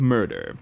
Murder